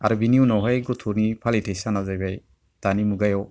आरो बेनि उनावहाय गथ'नि फालिथाय सानाव जाहैबाय दानि मुगायाव